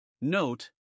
Note